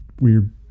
weird